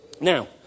now